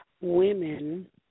women